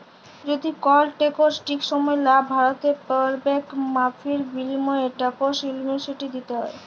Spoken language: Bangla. যদি কল টেকস ঠিক সময়ে লা ভ্যরতে প্যারবেক মাফীর বিলীময়ে টেকস এমলেসটি দ্যিতে হ্যয়